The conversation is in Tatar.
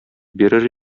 бирер